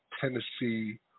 Tennessee